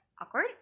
awkward